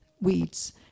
weeds